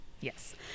yes